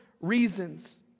reasons